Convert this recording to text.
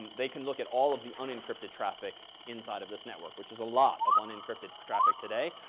they can look at all of the unencrypted traffic inside of this network. which is a lot of unencrypted traffic today.